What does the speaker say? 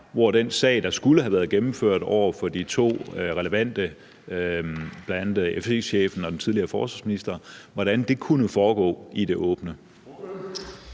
hvordan den sag, der skulle have været gennemført over for bl.a. FE-chefen og den tidligere forsvarsminister, kunne foregå i det åbne.